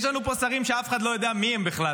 יש לנו פה שרים שאף אחד לא יודע מי הם בכלל,